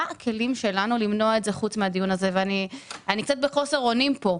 חשש לאיבוד שליטה לטובת גורמים עסקיים בחברת כלל ביטוח.